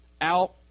out